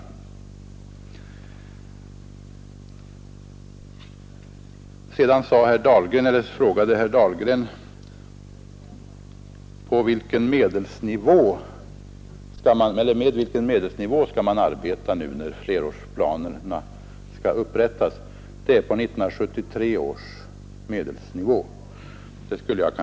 Herr Dahlgren frågade vilken medelsnivå man skall arbeta med när nu flerårsplanerna upprättas. Det är 1973 års medelsnivå.